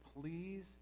Please